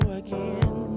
again